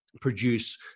produce